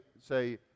say